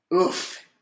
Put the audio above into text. Oof